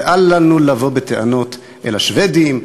ואל לנו לבוא בטענות אל השבדים.